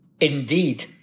Indeed